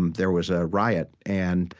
um there was a riot. and